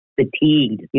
fatigued